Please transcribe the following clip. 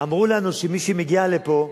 אמרו לנו שמי שמגיעה לפה,